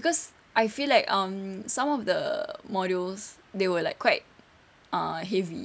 cause I feel like um some of the modules they were like quite uh heavy